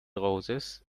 roses